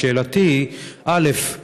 אז שאלתי היא: א.